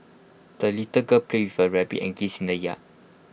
the little girl played with her rabbit and geese in the yard